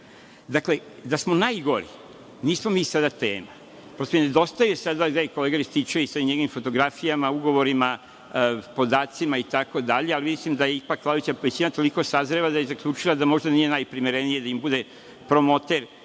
Dveri. Dakle, da smo najgori, nismo mi sada tema. Prosto mi nedostaje sada kolega Rističević sa onim njegovim fotografijama, ugovorima, podacima, itd, ali mislim da je ipak vladajuća većina toliko sazrela da je zaključila da možda nije najprimerenije da im bude promoter